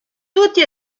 tutti